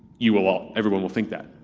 you will all. everyone will think that.